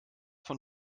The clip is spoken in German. von